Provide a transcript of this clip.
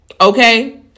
Okay